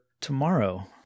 tomorrow